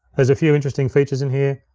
there's a few interesting features in here.